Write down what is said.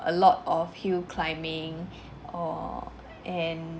a lot of hill climbing or and